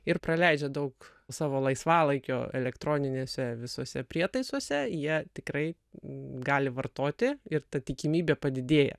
ir praleidžia daug savo laisvalaikio elektroninėse visuose prietaisuose jie tikrai gali vartoti ir ta tikimybė padidėja